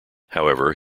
however